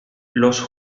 los